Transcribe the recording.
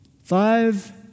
Five